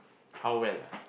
how well